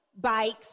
bikes